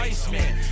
Iceman